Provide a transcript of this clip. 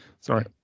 Sorry